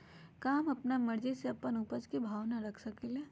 का हम अपना मर्जी से अपना उपज के भाव न रख सकींले?